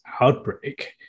outbreak